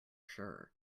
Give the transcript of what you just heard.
sure